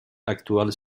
actual